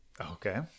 Okay